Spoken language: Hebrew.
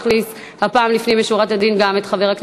גם אני לא